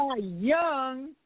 young